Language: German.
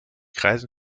kreisen